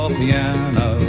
piano